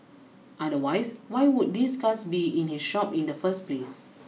otherwise why would these cars be in his shop in the first place